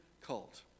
cult